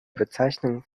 bezeichnung